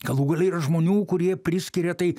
galų gale yra žmonių kurie priskiria tai